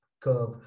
curve